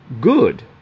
good